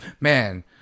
Man